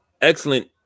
excellent